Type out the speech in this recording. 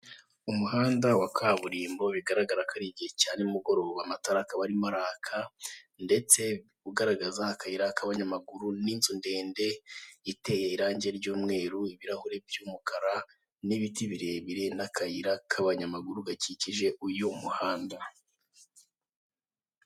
Umuhanda wa kaburimbo bigaragara ko ari igihe cya nimugoroba amatara akaba arimo araka, ndetse ugaragaza akayira k'abanyamaguru n'inzu ndende iteye irange ry'umweru, ibirahure by'umukara n'ibiti birebire n'akayira k'abanyamaguru gakikije uyu muhanda.